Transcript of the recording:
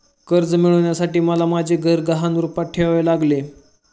कर्ज मिळवण्यासाठी मला माझे घर गहाण रूपात ठेवावे लागले